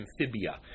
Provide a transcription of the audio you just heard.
Amphibia